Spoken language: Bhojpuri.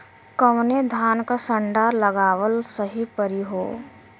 कवने धान क संन्डा लगावल सही परी हो?